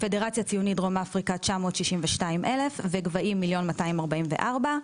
פדרציה ציונית דרום אפריקה 962 אלף וגבהים 1.244 מיליון.